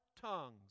tongues